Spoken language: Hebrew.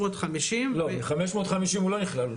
לא, ב-550 הוא לא נכלל.